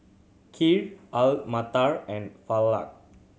Kheer Alu Matar and Falafel